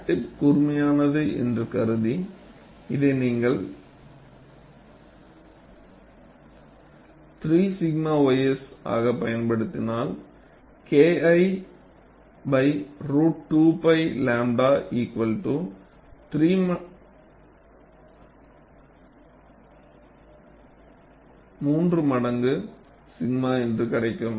crack tip கூர்மையானது என்று கருதி இதை நீங்கள் 3 𝛔 ys ஆகப் பயன்படுத்தினால் Kl ரூட் 2 π 𝝺 3 மடங்கு 𝛔 என்று கிடைக்கும்